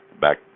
back